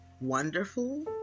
wonderful